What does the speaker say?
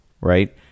right